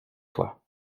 toi